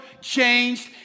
changed